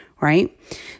right